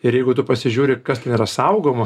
ir jeigu tu pasižiūri kas ten yra saugoma